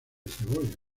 cebolla